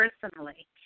personally